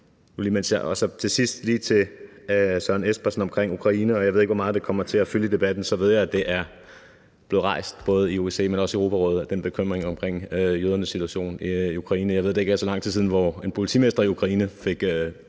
tid. Til sidst lige til hr. Søren Espersen omkring Ukraine, og jeg ved ikke, hvor meget det kommer til at fylde i debatten: Jeg ved, at det er blevet rejst både i OSCE, men også i Europarådet, altså den bekymring omkring jøderne situation i Ukraine. Jeg ved, at det ikke er så lang tid siden, at en politimester i Ukraine bad